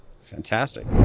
Fantastic